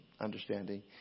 understanding